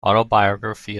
autobiography